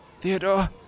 Theodore